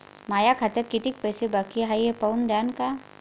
माया खात्यात कितीक पैसे बाकी हाय हे पाहून द्यान का?